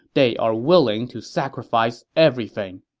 they are willing to sacrifice everything.